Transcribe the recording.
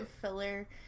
filler